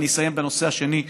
ואני אסיים בנושא השני,